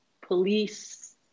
police